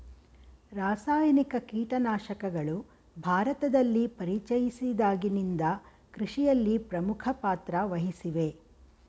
ರಾಸಾಯನಿಕ ಕೀಟನಾಶಕಗಳು ಭಾರತದಲ್ಲಿ ಪರಿಚಯಿಸಿದಾಗಿನಿಂದ ಕೃಷಿಯಲ್ಲಿ ಪ್ರಮುಖ ಪಾತ್ರ ವಹಿಸಿವೆ